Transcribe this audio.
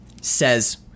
says